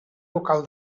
local